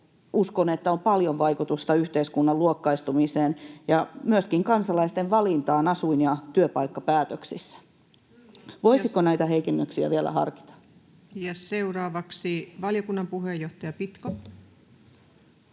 alasajolla on paljon vaikutusta yhteiskunnan luokkaistumiseen ja myöskin kansalaisten valintaan asuin- ja työpaikkapäätöksissä. Voisiko näitä heikennyksiä vielä harkita? [Speech 681]